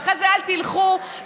ואחרי זה אל תלכו ותבכו.